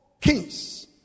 kings